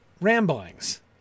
ramblings